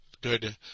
good